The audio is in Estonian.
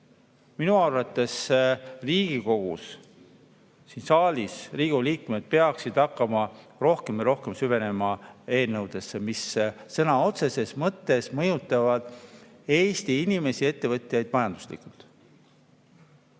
Minu arvates siin saalis Riigikogu liikmed peaksid hakkama rohkem ja rohkem süvenema eelnõudesse, mis sõna otseses mõttes mõjutavad Eesti inimesi ja ettevõtjaid majanduslikult.